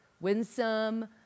winsome